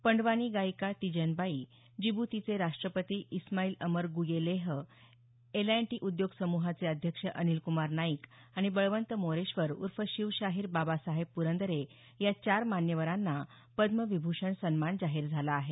पंडवानी गायिका तीजनबाई जिब्तीचे राष्ट्रपती Ismail Omar Guelleh L and T उद्योग समूहाचे अध्यक्ष अनिलक्मार नाईक आणि बळवंत मोरेश्वर उर्फ शिवशाहीर बाबासाहेब प्रंदरे या चार मान्यवरांना पद्मविभूषण सन्मान जाहीर झाला आहे